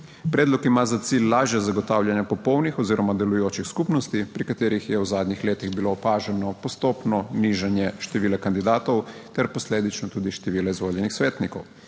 Predlog ima za cilj lažje zagotavljanje popolnih oziroma delujočih skupnosti, pri katerih je v zadnjih letih bilo opaženo postopno nižanje števila kandidatov ter posledično tudi število izvoljenih svetnikov.